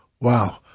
Wow